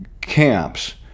camps